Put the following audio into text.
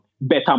better